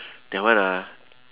that one ah